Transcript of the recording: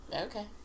Okay